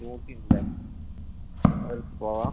നോക്കില്ലേ അവരുടെ അടുത്ത് പോകാൻ